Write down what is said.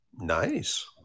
Nice